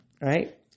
right